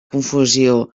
confusió